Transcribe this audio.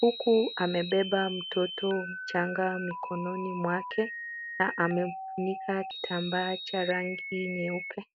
huku amebeba mtoto mchanga mikononi mwake na amemfunika kitambaa cha rangi nyeupe.